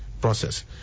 process